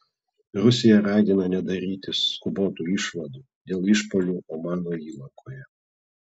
rusija ragina nedaryti skubotų išvadų dėl išpuolių omano įlankoje